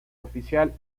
oficial